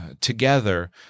together